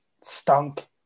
stunk